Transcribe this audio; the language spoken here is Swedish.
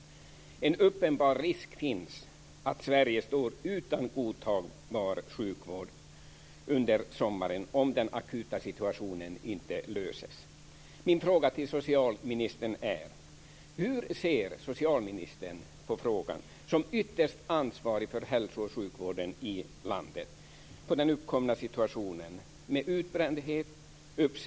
Det finns en uppenbar risk att Sverige står utan godtagbar sjukvård under sommaren, om den akuta situationen inte åtgärdas.